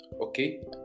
okay